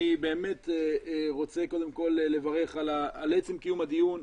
אני באמת רוצה קודם כל לברך על עצם קיום הדיון.